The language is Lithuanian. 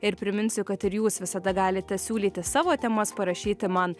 ir priminsiu kad ir jūs visada galite siūlyti savo temas parašyti man